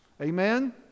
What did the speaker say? Amen